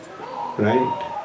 right